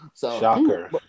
Shocker